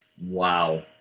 Wow